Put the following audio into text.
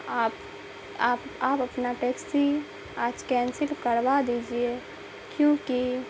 آپ آپ آپ اپنا ٹیکسی آج کینسل کروا دیجیے کیونکہ